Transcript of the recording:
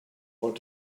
want